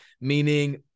meaning